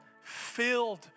filled